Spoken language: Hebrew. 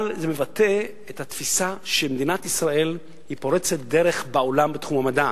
אבל זה מבטא את התפיסה שמדינת ישראל פורצת דרך בעולם בתחום המדע.